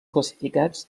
classificats